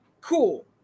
Cool